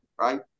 right